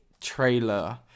trailer